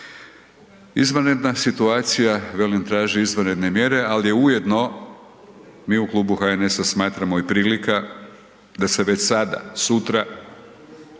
Izvanredna situacija, velim, traži izvanredne mjere, al je ujedno, mi u Klubu HNS-a smatramo, i prilika da se već sada, sutra